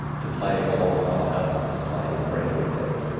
to play alongside us, to play the branded event.